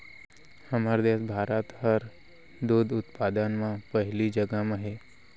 हमर देस भारत हर दूद उत्पादन म पहिली जघा म हे